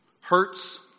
hurts